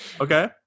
okay